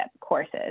courses